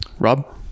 Rob